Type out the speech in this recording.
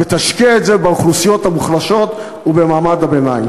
ותשקיע את זה באוכלוסיות המוחלשות ובמעמד הביניים.